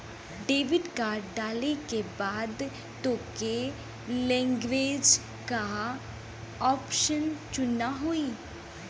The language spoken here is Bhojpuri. डेबिट कार्ड डाले के बाद तोके लैंग्वेज क ऑप्शन चुनना होई